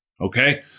okay